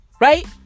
Right